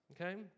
okay